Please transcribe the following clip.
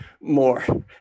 more